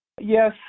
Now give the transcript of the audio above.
Yes